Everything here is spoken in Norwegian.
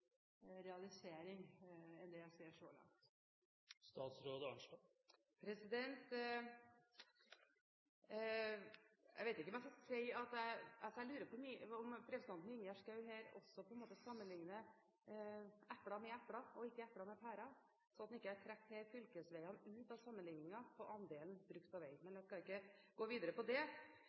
realisering enn det jeg ser så langt. Jeg lurer på om representanten Ingjerd Schou her sammenligner epler med epler og ikke epler med pærer, at en ikke her trekker fylkesveiene ut av sammenligningen på andelen brukt på vei. Jeg skal ikke gå videre på det,